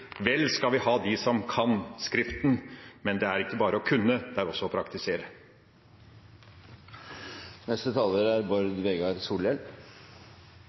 Vel skal vi ha dem som kan skriften, men det er ikke bare å kunne, det er også å praktisere. Replikkordskiftet er